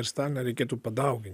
ir staliną reikėtų padauginti